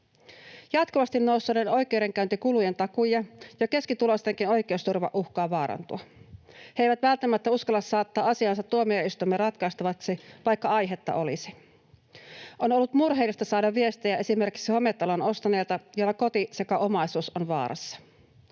Jatkuvasti nousseiden oikeudenkäyntikulujen takia jo keskituloistenkin oikeusturva uhkaa vaarantua. He eivät välttämättä uskalla saattaa asiaansa tuomioistuimen ratkaistavaksi, vaikka aihetta olisi. On ollut murheellista saada viestejä esimerkiksi hometalon ostaneelta, jolla koti sekä omaisuus ovat vaarassa.